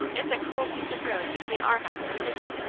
it's a cruel piece of road between our house and his'n.